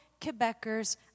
Quebecers